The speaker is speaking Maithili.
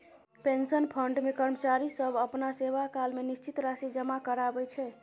पेंशन फंड मे कर्मचारी सब अपना सेवाकाल मे निश्चित राशि जमा कराबै छै